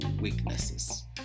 weaknesses